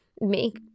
make